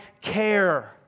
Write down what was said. care